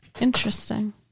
Interesting